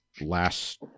last